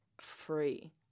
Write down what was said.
free